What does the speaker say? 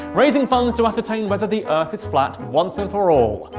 raising funds to ascertain whether the earth is flat once and for all.